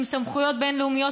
עם סמכויות בין-לאומיות,